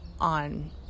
on